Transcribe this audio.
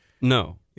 No